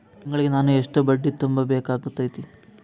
ತಿಂಗಳಿಗೆ ನಾನು ಎಷ್ಟ ಬಡ್ಡಿ ತುಂಬಾ ಬೇಕಾಗತೈತಿ?